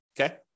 okay